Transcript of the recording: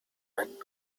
man